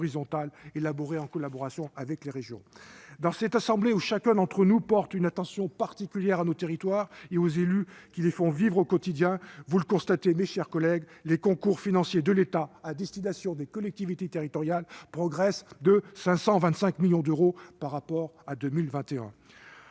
horizontale, élaboré en collaboration avec les régions. Chacun, dans cette assemblée, porte une attention particulière à nos territoires et aux élus qui les font vivre au quotidien ; or, vous le constatez, mes chers collègues, les concours financiers de l'État aux collectivités territoriales progressent de 525 millions d'euros par rapport à 2021.